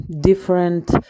different